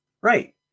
Right